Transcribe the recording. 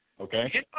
Okay